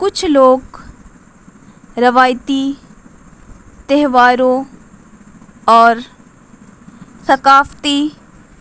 کچھ لوگ روایتی تہواروں اور ثقافتی